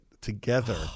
together